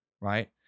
right